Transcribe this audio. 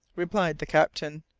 replied the captain,